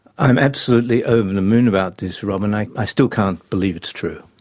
i'm absolutely over the moon about this, robyn, i i still can't believe it's true.